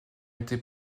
été